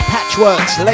Patchworks